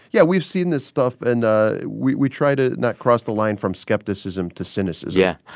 yeah, we've seen this stuff, and ah we we try to not cross the line from skepticism to cynicism yeah.